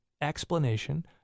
explanation